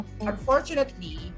unfortunately